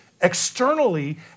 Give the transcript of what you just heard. externally